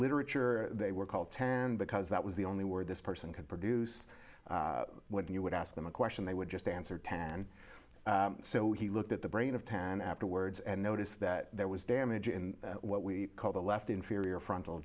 literature they were called because that was the only word this person could produce when you would ask them a question they would just answer ten and so he looked at the brain of ten afterwards and noticed that there was damage in what we call the left inferior frontal